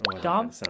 Dom